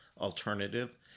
alternative